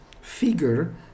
figure